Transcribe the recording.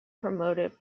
protected